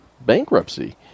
Bankruptcy